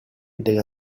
della